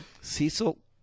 Cecil